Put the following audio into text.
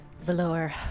Valor